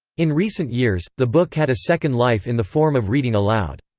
in recent years, the book had a second life in the form of reading aloud.